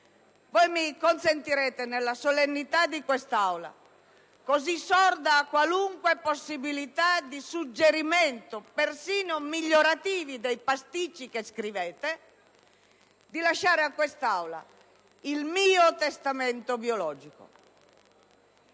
mi consentirete nella solennità di quest'Aula, così sorda a qualunque possibilità di suggerimento persino in senso migliorativo rispetto ai pasticci che scrivete, di lasciare agli atti il mio testamento biologico.